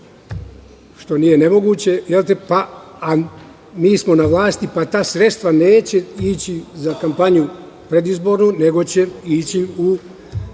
što nije nemoguće, ali pošto smo mi na vlasti pa ta sredstva neće ići za kampanju predizbornu, nego će ići u